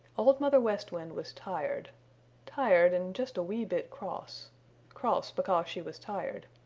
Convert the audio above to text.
old mother west wind was tired tired and just a wee bit cross cross because she was tired.